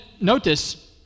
notice